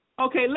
Okay